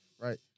right